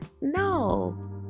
no